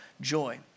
joy